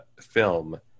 film